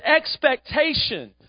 expectation